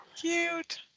Cute